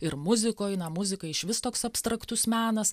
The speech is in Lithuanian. ir muzikoj na muzika išvis toks abstraktus menas